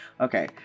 Okay